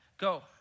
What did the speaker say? Go